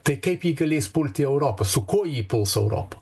tai kaip ji galės pulti europą su kuo ji puls europą